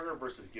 versus